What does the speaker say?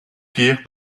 keer